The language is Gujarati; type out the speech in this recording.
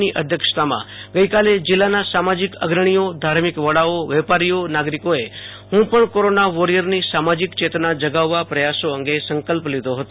ની અધ્યક્ષતામાં ગઈકાલે જિલ્લાના સામાજિક અગ્રણીઓ ધાર્મિક વડાઓ વેપારીઓ નાગરિકોએ હું પણ કોરોના વોરિયર્સ નો સામાજિક ચેતના જગાવવાના પ્રયાસો અંગે સંકલ્પ લીધો હતો